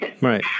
Right